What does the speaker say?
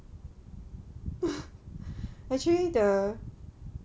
actually the